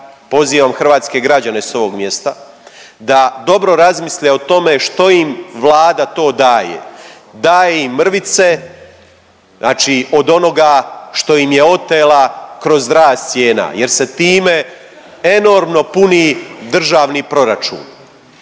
pozivam hrvatske građane s ovog mjesta da dobro razmisle o tome što im Vlada to daje. Daje im mrvice, znači od onoga što im je otela kroz rast cijena jer se time enormno puni državni proračun